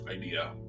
idea